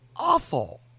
awful